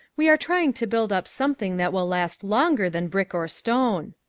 we are trying to build up something that will last longer than brick or stone.